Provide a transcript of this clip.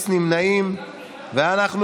רובם ככולם נמצאים בתקופה באמת קשה,